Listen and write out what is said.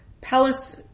palace